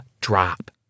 drop